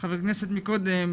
חברת הכנסת קודם,